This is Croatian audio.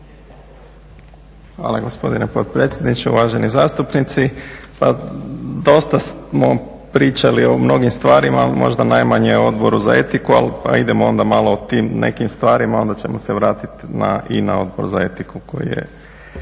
Hvala gospodine potpredsjedniče, uvaženi zastupnici. Pa dosta smo pričali o mnogim stvarima, možda najmanje o Odboru za etiku ali pa idemo onda malo o tim nekim stvarima, onda ćemo se vratiti i na Odbor za etiku koji je